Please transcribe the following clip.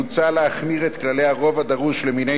מוצע להחמיר את כללי הרוב הדרוש למינוי